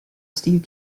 steve